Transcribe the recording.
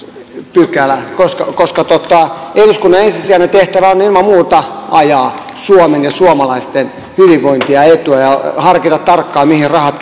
pykälä koska koska eduskunnan ensisijainen tehtävä on ilman muuta ajaa suomen ja suomalaisten hyvinvointia ja etua ja harkita tarkkaan mihin ne rahat